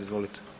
Izvolite.